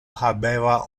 habeva